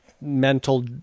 mental